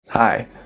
Hi